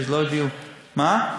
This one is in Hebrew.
לא הודיעו מי, מה?